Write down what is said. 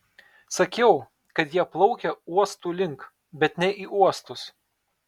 sakiau kad jie plaukia uostų link bet ne į uostus